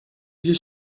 you